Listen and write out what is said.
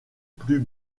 plus